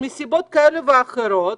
מסיבות כאלה ואחרות,